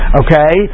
okay